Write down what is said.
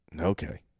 Okay